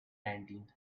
nineteenth